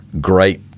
great